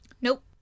Nope